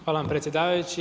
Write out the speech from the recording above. Hvala vam predsjedavajući.